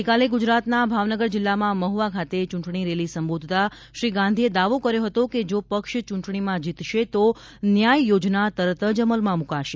ગઇકાલે ગુજરાતના ભાવનગર જિલ્લામાં મહુવા ખાતે ચૂંટણી રેલી સંબોધતા શ્રી ગાંધીએ દાવો કર્યો હતો કે જો પક્ષ ચૂંટણીમાં જીતશે તો ન્યાય યોજના તરત જ અમલમાં મુકાશે